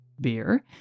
beer